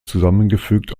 zusammengefügt